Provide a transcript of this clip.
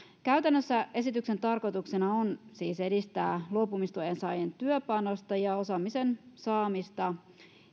käytännössä esityksen tarkoituksena on siis edistää luopumistuen saajien työpanosta ja osaamisen saamista